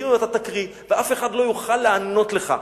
כאילו אתה תקריא ואף אחד לא יוכל לענות לך.